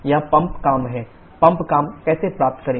यह पंप काम है पंप काम कैसे प्राप्त करें